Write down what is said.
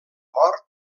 mort